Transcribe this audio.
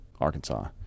Arkansas